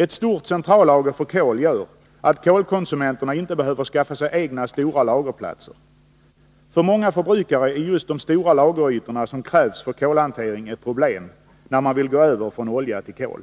Ett stort centrallager för kol gör att kolkonsumenterna inte behöver skaffa sig egna stora lagerplatser. För många förbrukare är just de stora lagerytor som krävs för kolhantering ett problem när man vill gå över från olja till kol.